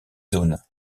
zone